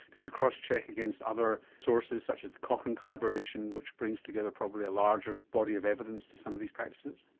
did you crosscheck against other sources such as the cochrane collaboration which brings together probably a larger body of evidence to some of these practices?